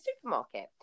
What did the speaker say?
supermarket